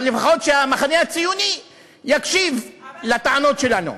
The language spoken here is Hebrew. אבל לפחות שהמחנה הציוני יקשיב לטענות שלנו.